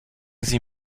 sie